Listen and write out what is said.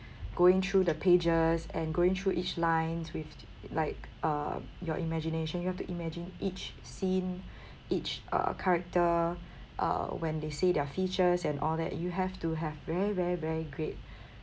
going through the pages and going through each lines with like uh your imagination you have to imagine each scene each uh character uh when they say their features and all that you have to have very very very great